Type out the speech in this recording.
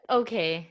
okay